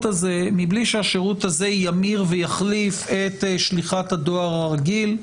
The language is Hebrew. הזה מבלי שהשירות הזה ימיר ויחריף את שליחת הדואר הרגיל,